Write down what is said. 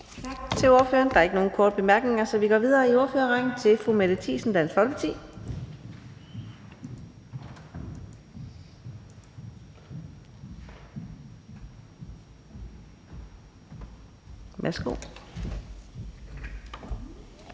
Tak til ordføreren. Der er ikke nogen korte bemærkninger, så vi går videre i ordførerrækken til fru Mette Thiesen, Dansk Folkeparti. Kl.